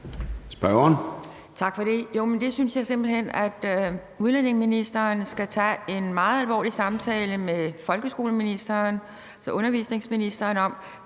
(DF): Tak for det. Det synes jeg simpelt hen at udlændingeministeren skal tage en meget alvorlig samtale med undervisningsministeren om,